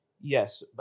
Yes